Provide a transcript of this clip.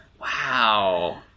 Wow